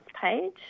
page